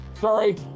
Sorry